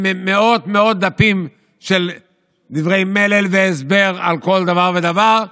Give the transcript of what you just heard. עם מאות מאות דפים של דברי מלל והסבר על כל דבר ודבר,